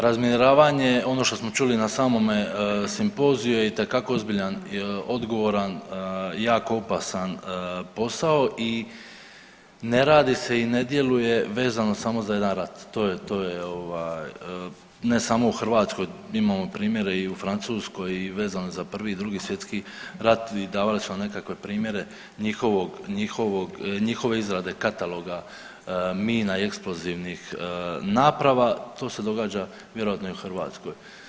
Razminiravanje je ono što smo čuli na samome simpoziju je itekako ozbiljan, odgovoran, jako opasan posao i ne radi se i ne djeluje vezano samo za jedan rat, to je, to je ovaj ne samo u Hrvatskoj, imamo primjere i u Francuskoj i vezano za Prvi i Drugi svjetski rat i davali su nam nekakve primjere njihovog, njihovog, njihove izrade kataloga mina i eksplozivnih naprava, to se događa vjerojatno i u Hrvatskoj.